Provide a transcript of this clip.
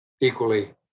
equally